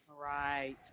Right